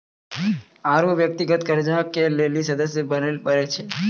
आरु व्यक्तिगत कर्जा के लेली सदस्य बने परै छै